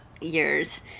years